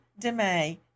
DeMay